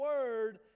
Word